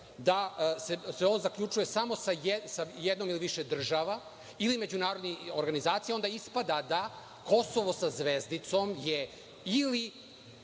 da se ovo zaključuje samo sa jednom ili više država ili međunarodnim organizacijama, onda ispada da Kosovo sa zvezdicom je ili